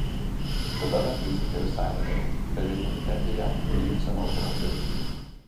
tada mergaičiukė visai nurimo beliko nutempti ją į ibseno automobilį